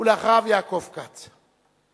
ואחריו, יעקב כץ.